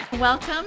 Welcome